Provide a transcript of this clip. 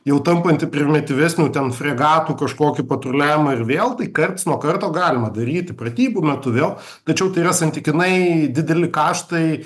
jau tampantį primityvesnį ten fregatų kažkokį patruliavimą ir vėl tai karts nuo karto galima daryti pratybų metu vėl tačiau tai yra santykinai dideli kaštai